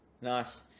nice